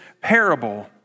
parable